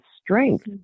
strength